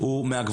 אני לא רוצה